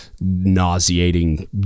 nauseating